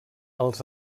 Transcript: als